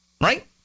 Right